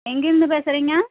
எங்கேருந்து பேசறீங்க